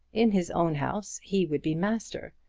in his own house he would be master,